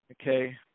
Okay